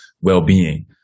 well-being